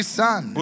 son